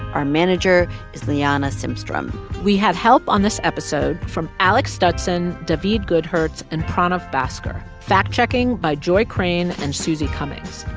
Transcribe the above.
our manager is liana simstrom we had help on this episode from alec stutson, daveed goodhertz and pranav baskar. fact-checking by joy crane and susie cummings.